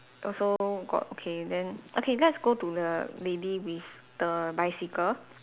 also got okay then okay let's go to the lady with the bicycle